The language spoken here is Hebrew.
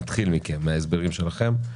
נתחיל מכם, מההסברים שלכם,